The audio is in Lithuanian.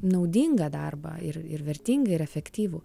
naudingą darbą ir ir vertingą ir efektyvų